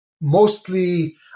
Mostly